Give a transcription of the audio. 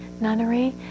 nunnery